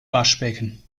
waschbecken